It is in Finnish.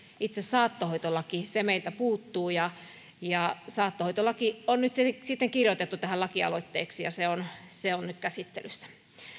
itse saattohoitolaki meiltä puuttuu saattohoitolaki on nyt sitten kirjoitettu tähän lakialoitteeksi ja se on se on nyt käsittelyssä